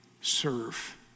serve